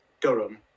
Durham